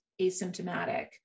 asymptomatic